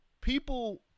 people